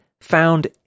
found